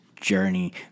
journey